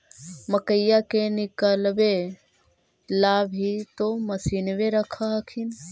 मकईया के निकलबे ला भी तो मसिनबे रख हखिन?